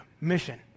mission